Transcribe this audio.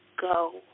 go